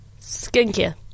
Skincare